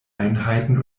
einheiten